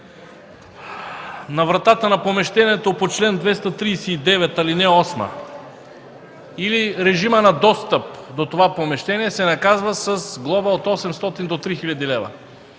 на вратата на помещението по чл. 239, ал. 8 или режима на достъп до това помещение, се наказва с глоба от 800 до 3000 лв.”